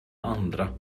andra